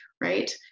Right